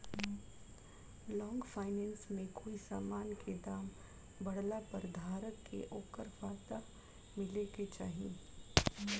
long finance में कोई समान के दाम बढ़ला पर धारक के ओकर फायदा मिले के चाही